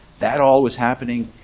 that all was happening,